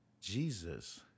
Jesus